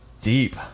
Deep